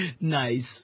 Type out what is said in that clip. Nice